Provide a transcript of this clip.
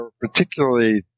particularly